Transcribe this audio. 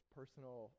personal